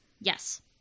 Yes